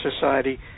society